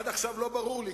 עד עכשיו לא ברור לי,